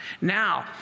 Now